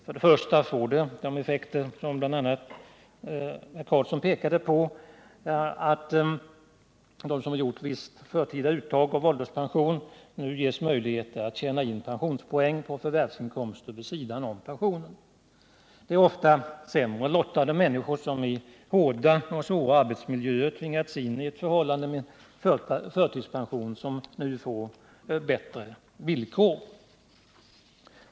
För det första får, såsom också Helge Karlsson framhöll, den som gjort ett visst förtida uttag av ålderspension nu möjligheter att tjäna in pensionspoäng på förvärvsinkomster vid sidan av pensionen. Det är ofta sämre lottade människor som i hårda och svåra arbetsmiljöer tvingas in i ett förhållande med förtidspension, och de får nu bättre villkor.